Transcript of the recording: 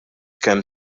kemm